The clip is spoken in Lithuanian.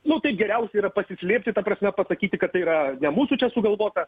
nu tai geriausia yra pasislėpti ta prasme pasakyti kad tai yra ne mūsų čia sugalvota